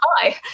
hi